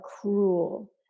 cruel